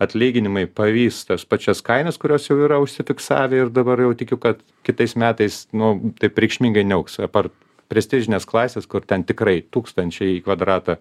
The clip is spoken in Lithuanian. atlyginimai pavys tas pačias kainas kurios jau yra užsifiksavę ir dabar jau tikiu kad kitais metais nu taip reikšmingai neaugs apart prestižinės klasės kur ten tikrai tūkstančiai į kvadratą